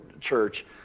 church